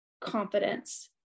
confidence